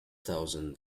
thousand